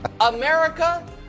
America